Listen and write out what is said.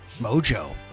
Mojo